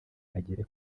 agere